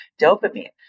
Dopamine